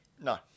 No